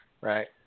Right